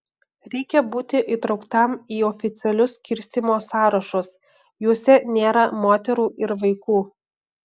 reikia būti įtrauktam į oficialius skirstymo sąrašus juose nėra moterų ir vaikų